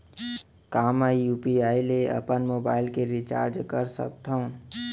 का मैं यू.पी.आई ले अपन मोबाइल के रिचार्ज कर सकथव?